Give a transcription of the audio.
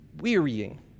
wearying